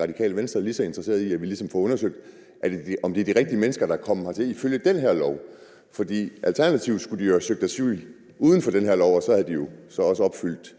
Radikale Venstre lige så interesseret i, at vi ligesom får undersøgt, om det er de rigtige mennesker, der er kommet hertil ifølge den her lov? For alternativt skulle de jo have søgt asyl uden for den her lov, og så havde de jo også opfyldt